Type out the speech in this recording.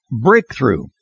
Breakthrough